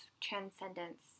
transcendence